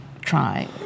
try